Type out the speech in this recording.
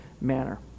manner